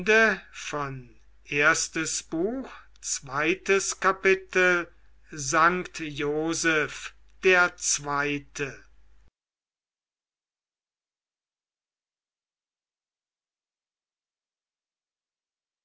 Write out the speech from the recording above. zweites kapitel sankt joseph der zweite